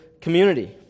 community